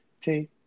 Take